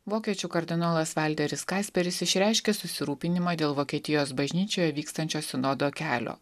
vokiečių kardinolas valteris kasperis išreiškė susirūpinimą dėl vokietijos bažnyčioje vykstančio sinodo kelio